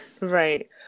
right